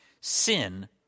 sin